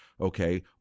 okay